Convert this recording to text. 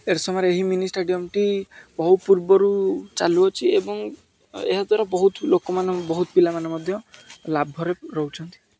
ଏରସମାରେ ଏହି ମିନିଷ୍ଟାଡ଼ିୟମ୍ଟି ବହୁ ପୂର୍ବରୁ ଚାଲୁଅଛି ଏବଂ ଏହା ଦ୍ଵାରା ବହୁତ ଲୋକମାନେ ବହୁତ ପିଲାମାନେ ମଧ୍ୟ ଲାଭରେ ରହୁଛନ୍ତି